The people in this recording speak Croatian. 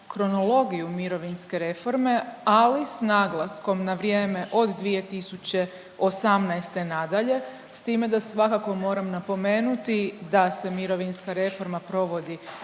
kronologiju mirovinske reforme ali s naglaskom na vrijeme od 2018. nadalje, s time da svakako moram napomenuti da se mirovinska reforma provodi